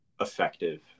effective